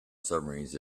submarines